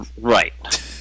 Right